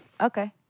Okay